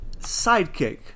sidekick